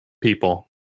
people